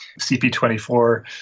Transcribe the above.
cp24